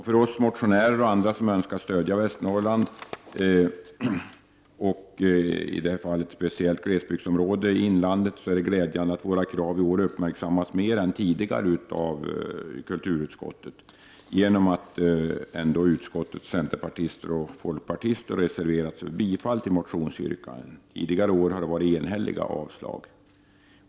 För oss motionärer och andra som önskar stödja Västernorrland, och i detta fall ett typiskt glesbygdsområde i inlandet, är det glädjande att våra krav i år uppmärksammats mer än tidigare av kulturutskottet genom att utskottets centerpartister och folkpartister reserverat sig för bifall till motionsyrkandet. Tidigare år har det varit enhälliga avslag.